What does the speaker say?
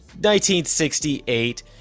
1968